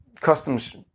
customs